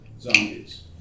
zombies